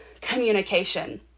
communication